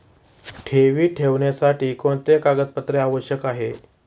ठेवी ठेवण्यासाठी कोणते कागदपत्रे आवश्यक आहे?